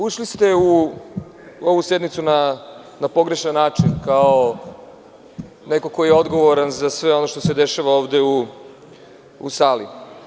Ušli ste u ovu sednicu na pogrešan način kao neko ko je odgovoran za sve ono što se dešava ovde u sali.